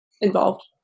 involved